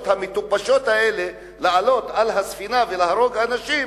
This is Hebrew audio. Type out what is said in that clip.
המטופשות האלה לעלות על הספינה ולהרוג אנשים,